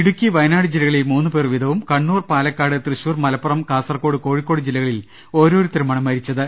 ഇടുക്കി വയനാട് ജില്ലകളിൽ മൂന്നുപേർ വീതവും കണ്ണൂർ പാലക്കാട് തൃശൂർ മലപ്പുറം കാസർകോട് കോഴിക്കോട് ജില്ലകളിൽ ഓരോരുത്തരുമാണ് മരിച്ചത്